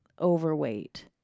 overweight